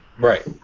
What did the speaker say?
Right